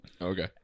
Okay